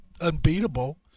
unbeatable